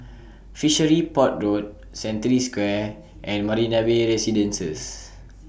Fishery Port Road Century Square and Marina Bay Residences